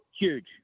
Huge